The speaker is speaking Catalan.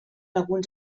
alguns